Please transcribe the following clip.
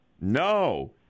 No